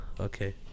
okay